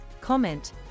comment